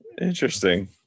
Interesting